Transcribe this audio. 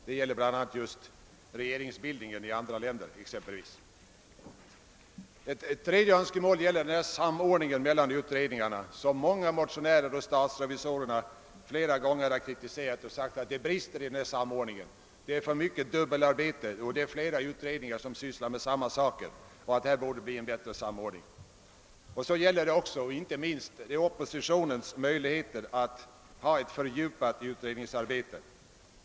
Det gäller bl.a. frågan om regeringsbildningen i andra länder. Ett tredje önskemål gäller samordningen mellan utredningarna. Motionärerna har liksom statsrevisorerna många gånger kritiserat den bristande samordningen. Det görs för mycket dubbelarbete, och det förekommer att flera utredningar sysslar med samma sak. Det borde bli en bättre samordning. Det är emellertid här inte minst fråga om oppositionens möjligheter till ett fördjupat utredningsarbete.